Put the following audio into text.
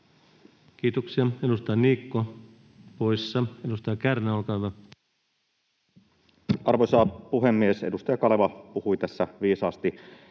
Kiitoksia. — Edustaja Niikko poissa. Edustaja Kärnä, olkaa hyvä. Arvoisa puhemies! Edustaja Kaleva puhui tässä viisaasti.